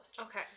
Okay